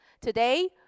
Today